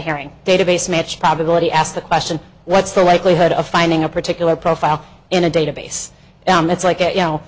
herring database match probability asked the question what's the likelihood of finding a particular profile in a database that's like you know